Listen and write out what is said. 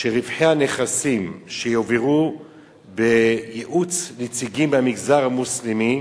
שרווחי הנכסים יועברו בייעוץ נציגים מהמגזר המוסלמי